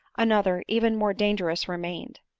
another, even more dangerous remained.